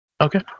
Okay